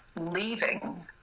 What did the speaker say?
leaving